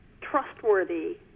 trustworthy